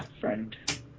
friend